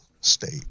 state